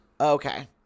Okay